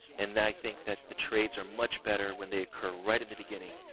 and i think that the trades are much better when they occur right at the beginning,